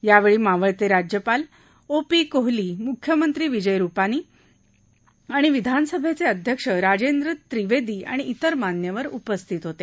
यावेळी मावळते राज्यपाल ओ पी कोहली म्ख्यमंत्री विजय रुपानी आणि विधानसभेचे अध्यक्ष राजेंद्र त्रिवेदी आणि इतर मान्यवर उपस्थित होते